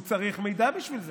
והוא צריך מידע בשביל זה.